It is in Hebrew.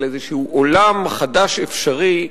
על איזה עולם חדש אפשרי,